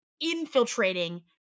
infiltrating